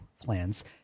plans